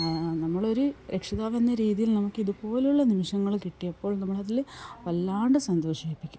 നമ്മളൊരു രക്ഷിതാവെന്ന രീതിയിൽ നമുക്ക് ഇതു പോലുള്ള നിമിഷങ്ങൾ കിട്ടിയപ്പോൾ നമ്മൾ അതിൽ വല്ലാതെ സന്തോഷിപ്പിക്കും